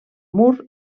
mur